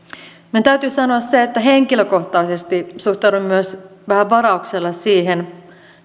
minun täytyy sanoa se että henkilökohtaisesti vihreänä poliitikkona suhtaudun myös vähän varauksella siihen